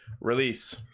release